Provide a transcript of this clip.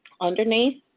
Underneath